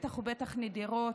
בטח ובטח נדירות,